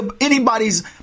anybody's